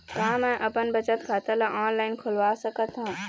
का मैं अपन बचत खाता ला ऑनलाइन खोलवा सकत ह?